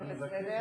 בסדר?